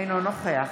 אינו נוכח